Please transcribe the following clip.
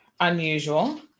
unusual